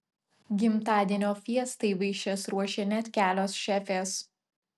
gimtadienio fiestai vaišes ruošė net kelios šefės